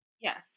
Yes